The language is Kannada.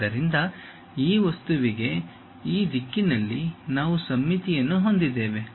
ಆದ್ದರಿಂದ ಈ ವಸ್ತುವಿಗೆ ಈ ದಿಕ್ಕಿನಲ್ಲಿ ನಾವು ಸಮ್ಮಿತಿಯನ್ನು ಹೊಂದಿದ್ದೇವೆ